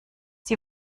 sie